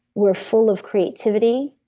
we're full of creativity.